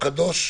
מה זה דיווח?